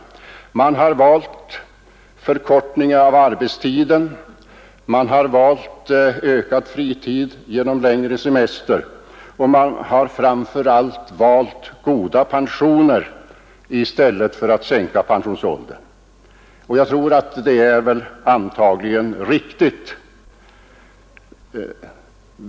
Det beror på att man valt en förkortning av arbetstiden, en ökad fritid genom längre semester och framför allt goda pensioner i stället för en sänkning av pensionsåldern. Jag tycker att detta är riktigt.